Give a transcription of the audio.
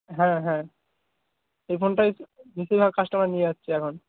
হ্যাঁ হ্যাঁ এই ফোনটাই বেশিরভাগ কাস্টমার নিয়ে যাচ্ছে এখন